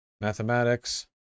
Mathematics